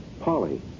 Polly